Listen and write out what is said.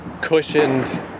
cushioned